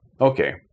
okay